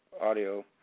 audio